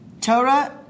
Torah